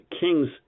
kings